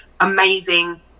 amazing